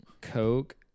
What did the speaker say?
coke